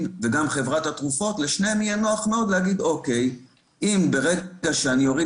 וגם לחברת התרופות יהיה נוח מאוד להגיד שאם ברגע שנוריד